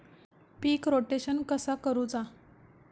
पीक rotation कसा करूचा?